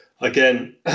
again